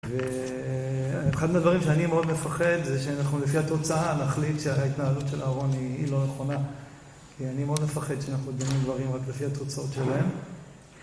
ואחד מהדברים שאני מאוד מפחד זה שאנחנו לפי התוצאה נחליט שההתנהלות של אהרון היא לא נכונה, כי אני מאוד מפחד שאנחנו דנים דברים רק לפי התוצאות שלהם